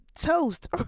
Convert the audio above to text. toast